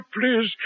please